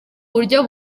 buryo